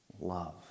love